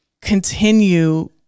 continue